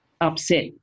upset